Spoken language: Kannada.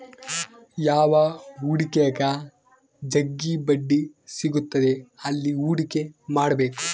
ಯಾವ ಹೂಡಿಕೆಗ ಜಗ್ಗಿ ಬಡ್ಡಿ ಸಿಗುತ್ತದೆ ಅಲ್ಲಿ ಹೂಡಿಕೆ ಮಾಡ್ಬೇಕು